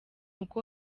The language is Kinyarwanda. uko